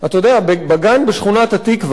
בגן בשכונת-התקווה,